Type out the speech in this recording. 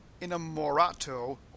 inamorato